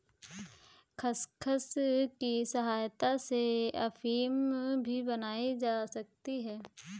खसखस की सहायता से अफीम भी बनाई जा सकती है